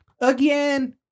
again